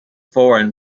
foreign